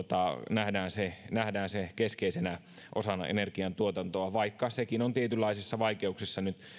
nähdään se nähdään se keskeisenä osana energiantuotantoa vaikka sekin on tietynlaisissa vaikeuksissa nyt